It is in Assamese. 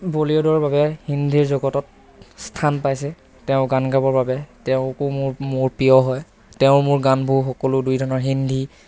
বলিউদৰ বাবে হিন্দীৰ জগতত স্থান পাইছে তেওঁ গান গাবৰ বাবে তেওঁকো মোৰ প্ৰিয় হয় তেওঁ মোৰ গানবোৰ সকলো দুইধৰণৰ হিন্দী